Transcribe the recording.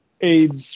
aids